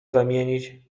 zamienić